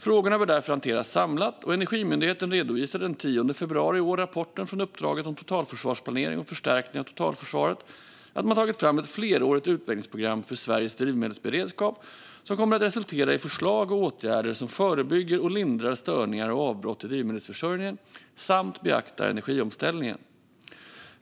Frågorna bör därför hanteras samlat, och Energimyndigheten redovisade den 10 februari i år i rapporten från uppdraget om totalförsvarsplanering och förstärkning av totalförsvaret att man tagit fram ett flerårigt utvecklingsprogram för Sveriges drivmedelsberedskap som kommer att resultera i förslag och åtgärder som förebygger och lindrar störningar och avbrott i drivmedelsförsörjningen samt beaktar energiomställningen.